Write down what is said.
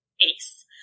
ACE